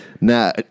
Now